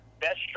best